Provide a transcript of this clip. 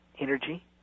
energy